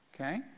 Okay